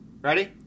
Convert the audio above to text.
Ready